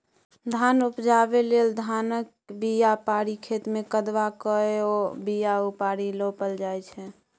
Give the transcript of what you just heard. धान उपजाबै लेल धानक बीया पारि खेतमे कदबा कए ओ बीया उपारि रोपल जाइ छै